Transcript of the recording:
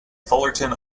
fullerton